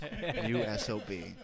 USOB